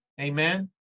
amen